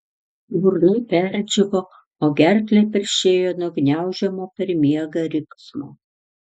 burna perdžiūvo o gerklę peršėjo nuo gniaužiamo per miegą riksmo